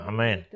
Amen